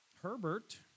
Herbert